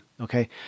okay